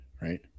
Right